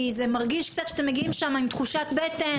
כי זה מרגיש קצת שאתם מגיעים שם עם תחושת בטן,